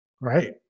right